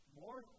more